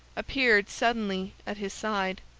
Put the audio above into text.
appeared suddenly at his side.